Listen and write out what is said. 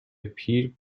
پیر